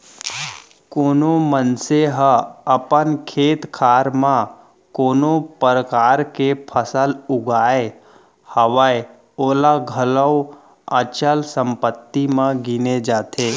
कोनो मनसे ह अपन खेत खार म कोनो परकार के फसल उगाय हवय ओला घलौ अचल संपत्ति म गिने जाथे